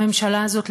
הממשלה הזאת,